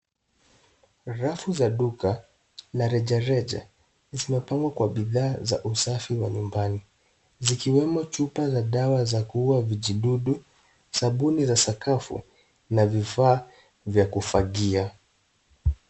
Rafu za duka la rejareja zimepangwa kwa bidhaa za usafi wa nyumbani zikiwemo chupa za dawa za kuua vijidudu, sabuni za sakafu na vifaa vya kufagia.